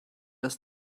das